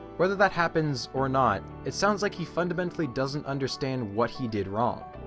whether that happens or not it sounds like he fundamentally doesn't understand what he did wrong.